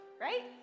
right